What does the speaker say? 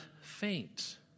faint